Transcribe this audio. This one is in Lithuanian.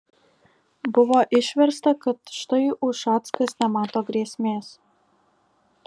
buvo išversta kad štai ušackas nemato grėsmės